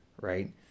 right